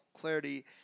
clarity